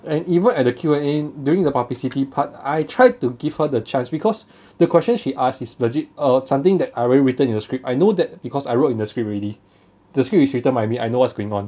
and even at the Q&A during the publicity part I tried to give her the chance because the question she asked is legit uh something that I really written in the script I know that because I wrote in the script already the script is written by me I know what's going on